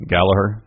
Gallagher